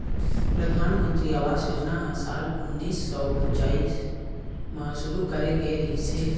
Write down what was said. परधानमंतरी आवास योजना ह साल उन्नीस सौ पच्चाइस म शुरू करे गे रिहिस हे